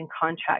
contract